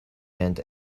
and